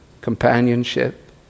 Companionship